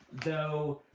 though,